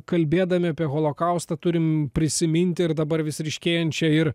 kalbėdami apie holokaustą turim prisiminti ir dabar vis ryškėjančią ir